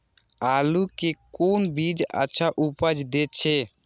आलू के कोन बीज अच्छा उपज दे छे?